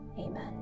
amen